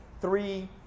three